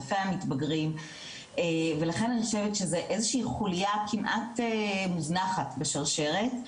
רופא המתבגרים ולכן אני חושבת שזה איזושהי חולייה כמעט מוזנחת בשרשרת,